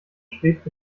schwebt